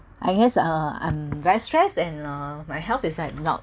I guess uh I'm very stressed and uh my health is like not